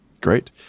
great